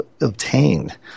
obtained